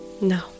no